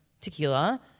tequila